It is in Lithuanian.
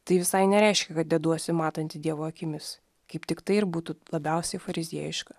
tai visai nereiškia kad deduosi matanti dievo akimis kaip tiktai ir būtų labiausiai fariziejiška